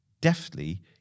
Deftly